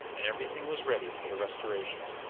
and every thing was ready for the restoration.